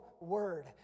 word